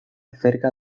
cerca